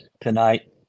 tonight